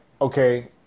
okay